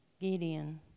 Gideon